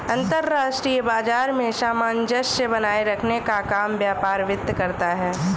अंतर्राष्ट्रीय बाजार में सामंजस्य बनाये रखने का काम व्यापार वित्त करता है